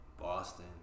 Boston